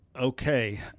Okay